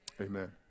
Amen